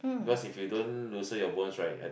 because if you don't loosen your bones right I